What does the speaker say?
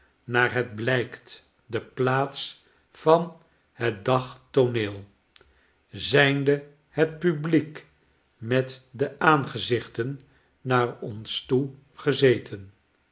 naar het blijkt de plaats van het dag tooneel zijnde het publiek met de aangezichten naar ons toe gezeten